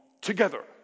together